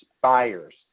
buyers